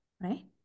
Right